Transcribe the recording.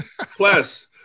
Plus